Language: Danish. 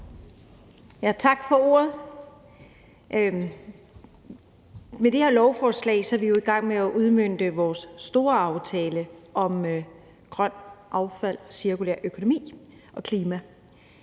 Tak for ordet. Med det her lovforslag er vi i gang med at udmønte vores store aftale om en grøn affaldssektor, cirkulær økonomi og klima.